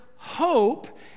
Hope